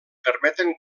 permeten